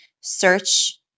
search